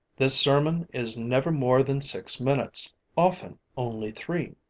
this sermon is never more than six minutes, often only three.